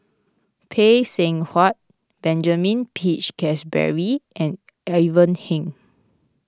Phay Seng Whatt Benjamin Peach Keasberry and Ivan Heng